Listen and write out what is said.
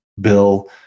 bill